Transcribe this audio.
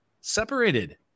separated